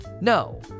no